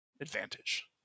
advantage